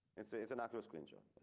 and so it's an actual screenshot.